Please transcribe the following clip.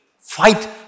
fight